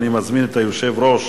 ואני מזמין את היושב-ראש,